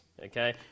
okay